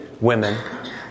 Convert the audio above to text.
women